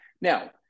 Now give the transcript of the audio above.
Now